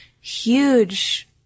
huge